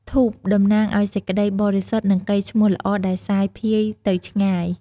ធូប តំណាងឱ្យសេចក្ដីបរិសុទ្ធ និងកេរ្តិ៍ឈ្មោះល្អដែលសាយផ្សាយទៅឆ្ងាយ។